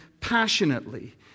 passionately